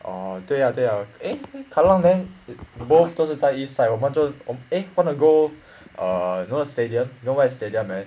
ah 对啦对啦 eh kallang then both 都是在 east side 我们都 om~ eh want to go err you know where's stadium you know where is stadium right